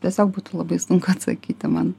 tiesiog būtų labai sunku atsakyti man